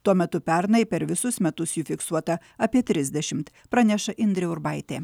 tuo metu pernai per visus metus jų fiksuota apie trisdešimt praneša indrė urbaitė